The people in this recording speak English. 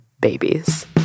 babies